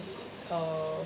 uh